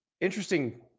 interesting